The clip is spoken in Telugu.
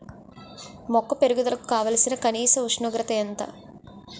మొక్క పెరుగుదలకు కావాల్సిన కనీస ఉష్ణోగ్రత ఎంత?